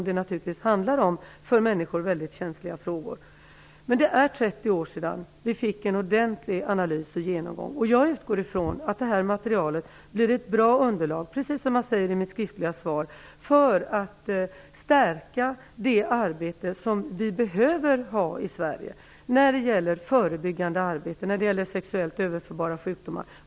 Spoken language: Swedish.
Det handlar om frågor som naturligtvis är väldigt känsliga för människor. Det är 30 år sedan vi fick en ordentlig analys och genomgång av detta. Som framgår i mitt skriftliga svar utgår jag ifrån att detta material blir ett bra underlag som kan stärka det arbete som behövs i Sverige för att förebygga sexuellt överförbara sjukdomar.